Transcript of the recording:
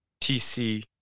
tc